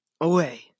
away